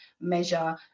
measure